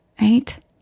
Right